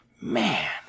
Man